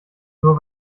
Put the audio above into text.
nur